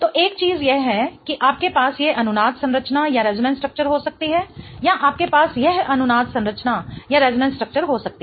तो एक चीज़ यह है कि आपके पास यह अनुनाद संरचना हो सकती है या आपके पास यह अनुनाद संरचना हो सकती है